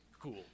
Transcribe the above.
cool